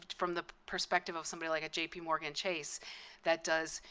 from the perspective of somebody like a jpmorgan chase that does,